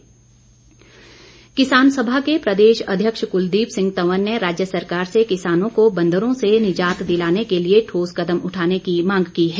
कुलदीप तंवर किसान सभा के प्रदेश अध्यक्ष कुलदीप सिंह तंवर ने राज्य सरकार से किसानों को बंदरों से निजात दिलाने के लिए ठोस कदम उठाने की मांग की है